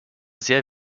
sehr